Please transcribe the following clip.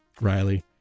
Riley